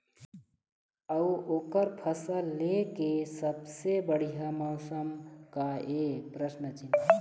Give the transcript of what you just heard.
अऊ ओकर फसल लेय के सबसे बढ़िया मौसम का ये?